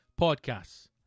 podcasts